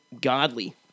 godly